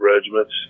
regiments